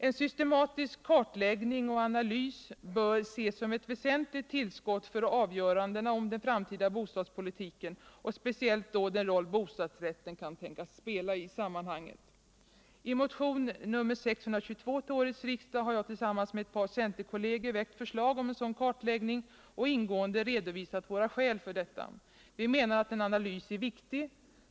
En systematisk kartläggning och analys med denna inriktning bör ses som eu väsentligt tillskott för avgörandena om den framtida bostadspolitiken och speciellt då den roll bostadsrätten kan tänkas spela I sammanhanget. I motionen 622 till årets riksdag har jag tillsammans med ett par centerkolleger väckt förslag om en sådan kartläggning och ingående redovisat våra skäl för detta. Vi menar att en analys är viktig.